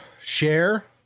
share